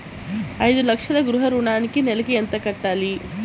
ఐదు లక్షల గృహ ఋణానికి నెలకి ఎంత కట్టాలి?